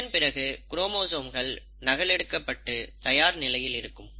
இதன்பிறகு குரோமோசோம்கள் நகல் எடுக்கப்பட்டு தயார் நிலையில் இருக்கும்